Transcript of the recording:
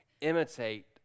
imitate